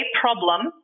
problem